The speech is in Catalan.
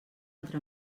altra